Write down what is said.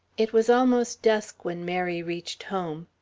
it was almost dusk when mary reached home.